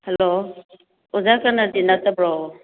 hello ꯑꯣꯖꯥ ꯀꯅꯔꯖꯤꯠ ꯅꯠꯇꯕ꯭ꯔꯣ